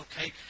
okay